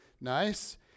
Nice